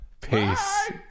Peace